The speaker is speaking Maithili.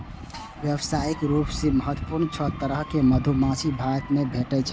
व्यावसायिक रूप सं महत्वपूर्ण छह तरहक मधुमाछी भारत मे भेटै छै